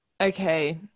Okay